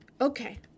Okay